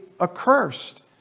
accursed